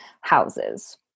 houses